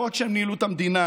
לא רק שהם ניהלו את המדינה,